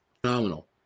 phenomenal